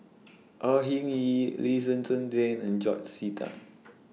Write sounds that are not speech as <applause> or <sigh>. Au Hing Yee Lee Zhen Zhen Jane and George Sita <noise>